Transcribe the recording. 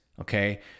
Okay